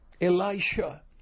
Elisha